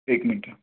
एक मिनटं